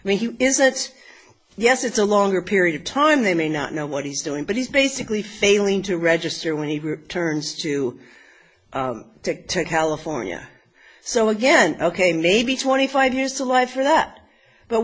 i mean he is it's yes it's a longer period of time they may not know what he's doing but he's basically failing to register when he returns to take to california so again ok maybe twenty five years to life for that but